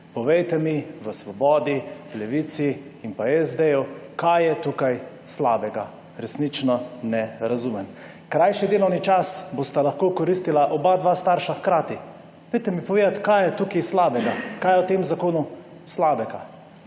Povejte mi v Svobodi, Levici in pa SD-ju, kaj je tukaj slabega, resnično ne razumem. Krajši delovni čas bosta lahko koristila oba dva starša hkrati. Dajte mi povedati, kaj je tukaj slabega, kaj je v tem zakonu slabega.